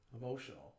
Emotional